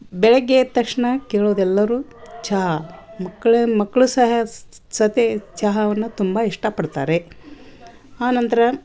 ಬೆಳಗ್ಗೆ ಎದ್ದ ತಕ್ಷಣ ಕೇಳೋದು ಎಲ್ಲರೂ ಚಹಾ ಮಕ್ಕಳೆ ಮಕ್ಕಳು ಸಹ ಸತೆ ಚಹಾವನ್ನ ತುಂಬಾ ಇಷ್ಟಪಡ್ತಾರೆ ಆ ನಂತರ